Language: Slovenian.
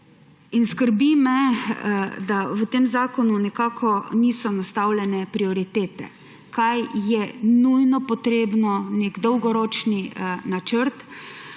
Skrbi me, da v tem zakonu nekako niso nastavljene prioritete, kaj je nujno potrebno, nek dolgoročni račun.